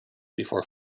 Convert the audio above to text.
before